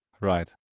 Right